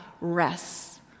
rests